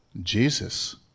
Jesus